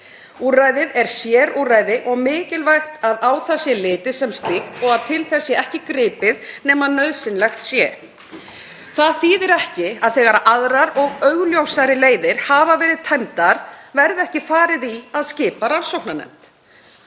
Úrræðið er sérúrræði og mikilvægt að á það sé litið sem slíkt og að til þess sé ekki gripið nema nauðsynlegt sé.“ Það þýðir ekki að þegar aðrar og augljósari leiðir hafa verið tæmdar verði ekki farið í að skipa rannsóknarnefnd.